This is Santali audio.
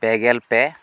ᱯᱮ ᱜᱮᱞ ᱯᱮ